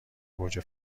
گوجه